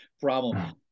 problem